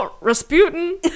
Rasputin